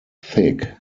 thick